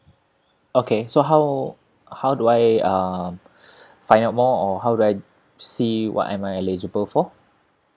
okay so how how do I um find out more or how do I see what I'm eligible for